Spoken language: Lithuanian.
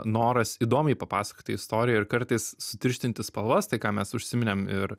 noras įdomiai papasakoti istoriją ir kartais sutirštinti spalvas tai ką mes užsiminėm ir